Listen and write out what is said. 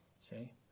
See